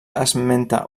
esmenta